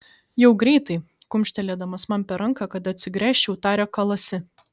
jau greitai kumštelėdamas man per ranką kad atsigręžčiau tarė kalasi